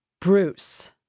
Bruce